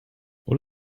what